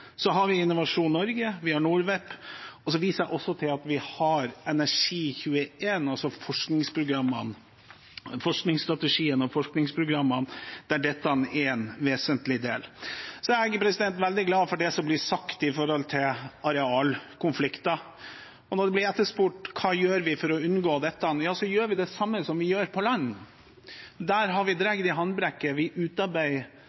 så ligger det jo en søknad i virkemiddelapparatet Enova for om mulig å få gjennomført det. Vi har Innovasjon Norge, vi har NORWEP, og jeg viser også til at vi har Energi21, altså forskningsstrategien og forskningsprogrammene, der dette er en vesentlig del. Jeg er også veldig glad for det som blir sagt om arealkonflikter. Det blir etterspurt hva vi gjør for å unngå dette; vi gjør det samme som vi gjør på land. Der har vi